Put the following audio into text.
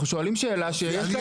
אנחנו שואלים שאלה על המורכבות.